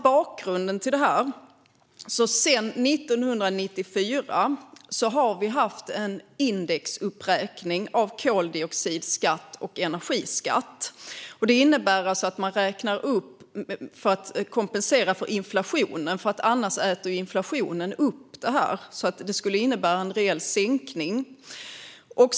Bakgrunden till detta är att vi sedan 1994 har haft en indexuppräkning av koldioxidskatt och energiskatt. Det innebär att man räknar upp dem för att kompensera för inflationen. Annars äter inflationen upp dem, vilket i realiteten skulle innebära en sänkning.